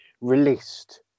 released